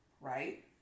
right